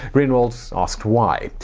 greenwald asked why.